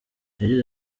yagize